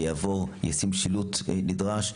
יעבור וישים שילוט נדרש,